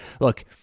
look